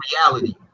reality